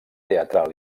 teatral